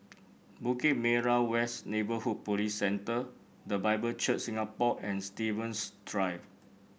Bukit Merah West Neighbourhood Police Centre The Bible Church Singapore and Stevens Drive